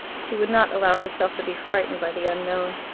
she would not allow herself to be frightened by the unknown.